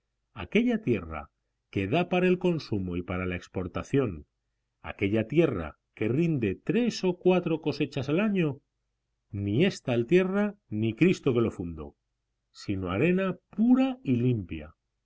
aquella tierra que da para el consumo y para la exportación aquella tierra que rinde tres o cuatro cosechas al año ni es tal tierra ni cristo que lo fundó sino arena pura y limpia